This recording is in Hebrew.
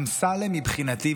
אמסלם מבחינתי,